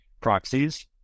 proxies